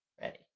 Ready